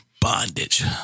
bondage